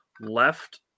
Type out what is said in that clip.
left